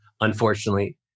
unfortunately